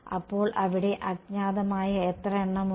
അപ്പോൾ അവിടെ അജ്ഞാതമായ എത്ര എണ്ണമുണ്ട്